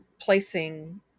placing